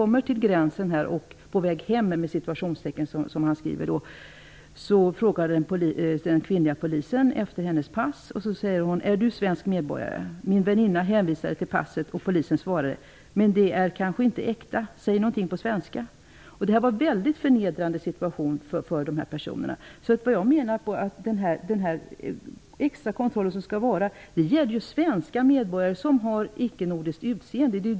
Men vid ett tillfälle vid gränsen när hon var ''på väg hem'' frågade den kvinnliga polisen efter hennes pass. Vidare frågade polisen om hon var svensk medborgare. Brevskrivaren säger att hans väninna hänvisade till passet och att polisen svarade att det kanske inte var äkta och att hon skulle säga något på svenska. Det var en väldigt förnedrande situation för dessa personer. Jag menar att denna extra kontroll gäller svenska medborgare med icke-nordiskt utseende.